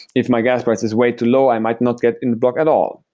if my gas price is way too low, i might not get in the block at all.